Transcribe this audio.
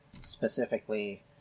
specifically